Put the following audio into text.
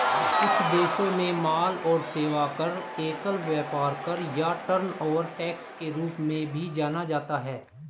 कुछ देशों में माल और सेवा कर, एकल व्यापार कर या टर्नओवर टैक्स के रूप में भी जाना जाता है